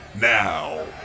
Now